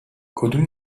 کدوم